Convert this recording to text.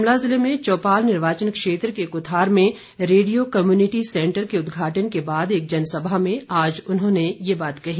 शिमला ज़िले में चौपाल निर्वाचन क्षेत्र के कुथार में रेडियो कम्यूनिटी सेंटर के उद्घाटन के बाद एक जनसभा में आज उन्होंने ये बात कही